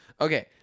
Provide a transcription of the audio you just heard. Okay